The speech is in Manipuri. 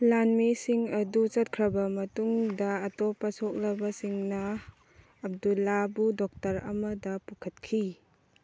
ꯂꯥꯟꯃꯤꯁꯤꯡ ꯑꯗꯨ ꯆꯠꯈ꯭ꯔꯕ ꯃꯇꯨꯡꯗ ꯑꯇꯣꯞꯄ ꯁꯣꯛꯂꯕꯁꯤꯡꯅ ꯑꯕꯗꯨꯜꯂꯥꯕꯨ ꯗꯣꯛꯇꯔ ꯑꯃꯗ ꯄꯨꯈꯠꯈꯤ